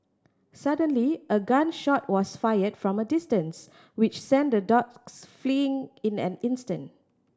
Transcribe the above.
suddenly a gun shot was fired from a distance which sent the dogs fleeing in an instant